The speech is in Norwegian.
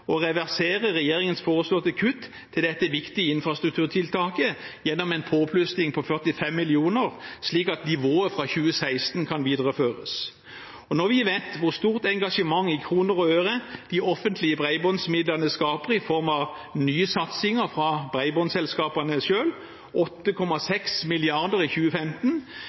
reversere regjeringens foreslåtte kutt til dette viktige infrastrukturtiltaket gjennom en påplussing på 45 mill. kr, slik at nivået fra 2016 kan videreføres. Når vi vet hvor stort engasjement i kroner og ører de offentlige bredbåndsmidlene skaper i form av nye satsinger fra bredbåndsselskapene selv, 8,6 mrd. kr i 2015,